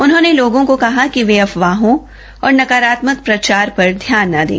उन्होंने लोगों को कहा कि वे अफवाहों और नकारात्मक प्रचार पर ध्यान न दें